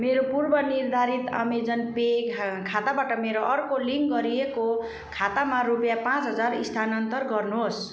मेरो पूर्वनिर्धारित Amazon Pay खाताबाट मेरो अर्को लिङ्क गरिएको खातामा रुपियाँ पाँच हजार स्थानान्तरण गर्नुहोस्